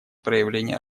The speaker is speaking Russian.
проявления